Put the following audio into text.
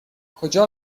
کجا